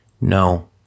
No